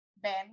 Ben